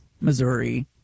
Missouri